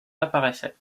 apparaissait